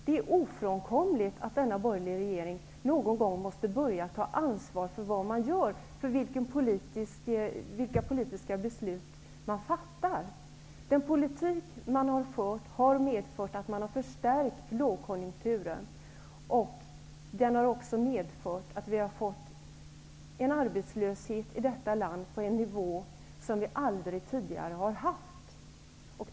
Det är ofrånkomligt att denna borgerliga regering någon gång börjar ta ansvar för vad man gör, för de politiska beslut man fattar. Den politik man har fört har medfört att man har förstärkt lågkonjunkturen. Den har medfört att vi här i landet har fått en arbetslöshet på en nivå som vi aldrig tidigare har haft.